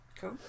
Cool